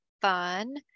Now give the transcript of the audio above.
fun